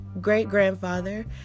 great-grandfather